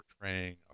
portraying